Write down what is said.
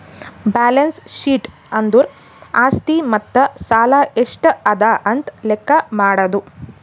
balance sheet ಅಂದುರ್ ಆಸ್ತಿ ಮತ್ತ ಸಾಲ ಎಷ್ಟ ಅದಾ ಅಂತ್ ಲೆಕ್ಕಾ ಮಾಡದು